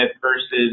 versus